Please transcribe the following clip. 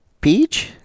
Peach